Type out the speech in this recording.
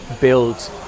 build